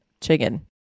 chicken